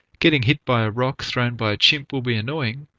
getting hit by a rock thrown by a chimp will be annoying,